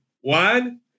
one